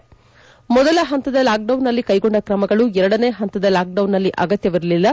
ಮೊದಲ ಪಂತದ ಲಾಕ್ಡೌನ್ನಲ್ಲಿ ಕೈಗೊಂಡ ಕ್ರಮಗಳು ಎರಡನೇ ಪಂತದ ಲಾಕ್ಡೌನ್ನಲ್ಲಿ ಅಗತ್ತವಿರಲಿಲ್ಲ